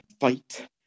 fight